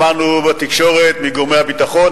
שמענו בתקשורת מגורמי הביטחון,